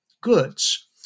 goods